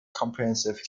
comprehensive